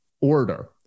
order